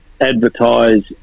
advertise